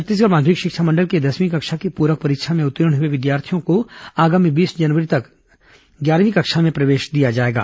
छत्तीसगढ़ माध्यमिक शिक्षा मंडल की दसवीं कक्षा की प्रक परीक्षा में उत्तीर्ण हुए विद्यार्थियों को आगामी बीस जनवरी तक कक्षा ग्यारह में प्रवेश दिया जाएगा